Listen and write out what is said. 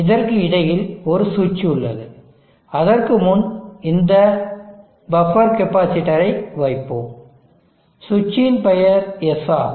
இதற்கு இடையில் ஒரு சுவிட்ச் உள்ளது அதற்கு முன் இந்த பஃப்பர் கெப்பாசிட்டர் வைப்போம் சுவிட்சின் பெயர் S ஆகும்